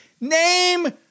name